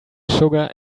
sugar